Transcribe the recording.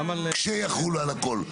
כשיחולו על הכל.